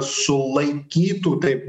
sulaikytų taip